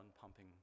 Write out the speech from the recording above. pumping